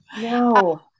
no